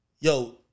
yo